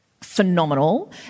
phenomenal